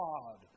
God